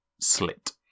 slit